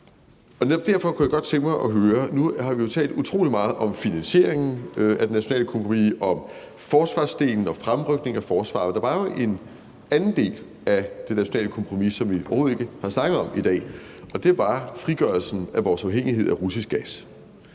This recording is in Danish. derfor kunne jeg godt tænke mig at høre om noget. Nu har vi jo talt utrolig meget om finansieringen af det nationale kompromis, om forsvarsdelen og om fremrykningen af forsvaret, men der var jo en anden del af det nationale kompromis, som vi overhovedet ikke har snakket om i dag, og det er frigørelsen fra vores afhængighed af russisk gas,